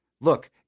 Look